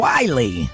Wiley